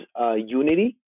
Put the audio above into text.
unity